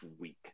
week